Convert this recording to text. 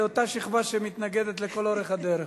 זה אותה שכבה שמתנגדת לכל אורך הדרך.